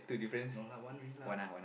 no lah one only lah